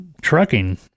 trucking